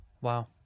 Wow